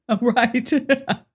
Right